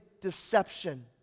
deception